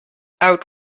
out